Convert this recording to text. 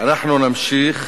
ואנחנו נמשיך